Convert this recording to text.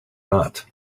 not